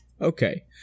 Okay